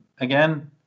again